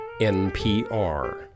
NPR